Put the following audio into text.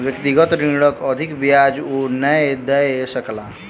व्यक्तिगत ऋणक अधिक ब्याज ओ नै दय सकला